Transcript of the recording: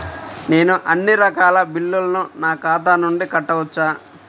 నేను అన్నీ రకాల బిల్లులను నా ఖాతా నుండి కట్టవచ్చా?